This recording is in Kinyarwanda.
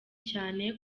cyane